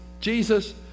Jesus